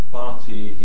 party